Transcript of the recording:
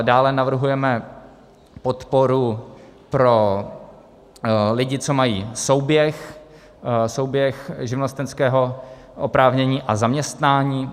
Dále navrhujeme podporu pro lidi, co mají souběh živnostenského oprávnění a zaměstnání.